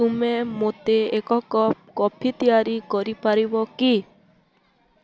ତୁମେ ମୋତେ ଏକ କପ୍ କଫି ତିଆରି କରିପାରିବ କି